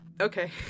Okay